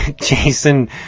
Jason